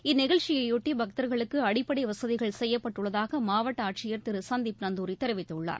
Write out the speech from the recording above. இந்நிகழ்ச்சியையொட்டிபக்தர்களுக்குத் அடிப்படைவசதிகள் செய்யப்பட்டுள்ளதாகமாவட்டஆட்சியர் திருசந்தீப் நந்தூரிதெரிவித்துள்ளார்